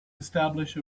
establish